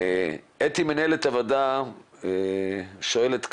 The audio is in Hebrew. אתי מנהלת הוועדה שואלת כך,